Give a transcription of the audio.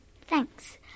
Thanks